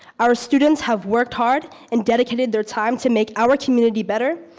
our students have worked hard and dedicated their time to make our community better.